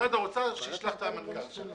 משרד האוצר ישלח את המנכ"ל של.